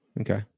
Okay